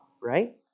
right